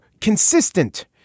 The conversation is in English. consistent